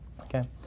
okay